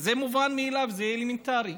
זה מובן מאליו, זה אלמנטרי,